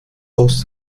aus